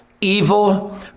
evil